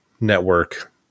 network